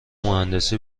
مهندسی